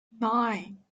nine